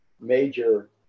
major